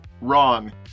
wrong